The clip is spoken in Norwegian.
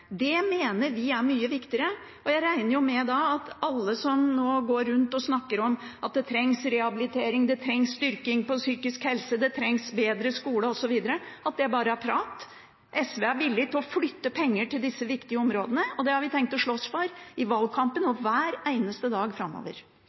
Det mener vi er mye viktigere. Jeg regner jo med, da, at alle som nå går rundt og snakker om at det trengs rehabilitering, at det trengs styrking innen psykisk helse, at det trengs bedre skole osv. – at det bare er prat. SV er villig til å flytte penger til disse viktige områdene, og det har vi tenkt å slåss for i valgkampen